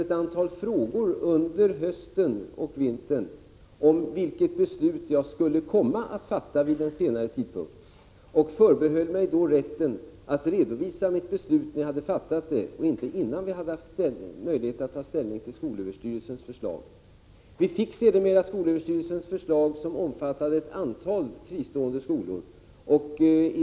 Jag ställdes sedan under hösten och vintern inför ett antal frågor om vilket beslut jag skulle komma att fatta vid en senare tidpunkt. Jag förbehöll mig då rätten att redovisa mitt beslut när jag hade fattat det, och inte innan vi hade haft möjlighet att ta ställning till skolöverstyrelsens förslag. Vi fick sedermera skolöverstyrelsens förslag som omfattade ett antal fristående skolor.